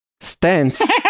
stance